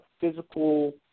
physical